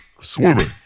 swimming